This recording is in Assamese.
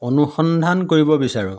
অনুসন্ধান কৰিব বিচাৰোঁ